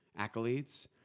accolades